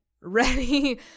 Ready